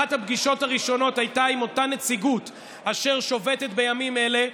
אחת הפגישות הראשונות הייתה עם אותה נציגות אשר שובתת בימים אלה,